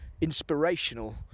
inspirational